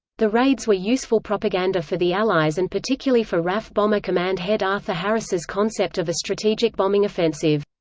the raids were useful propaganda for the allies and particularly for raf bomber command head arthur harris's concept of a strategic bombing offensive.